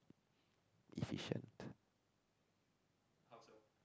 efficient